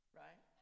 right